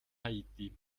haiti